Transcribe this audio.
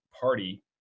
party